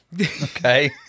Okay